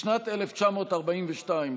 בשנת 1942,